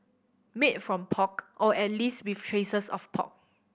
made from pork or at least with traces of pork